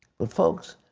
but, folks,